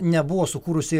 nebuvo sukūrusi